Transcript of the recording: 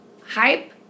hype